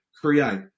create